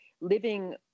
living